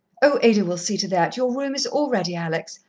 oh, ada will see to that. your room is all ready, alex.